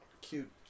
cute